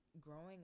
growing